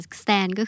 stand